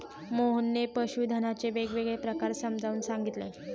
मोहनने पशुधनाचे वेगवेगळे प्रकार समजावून सांगितले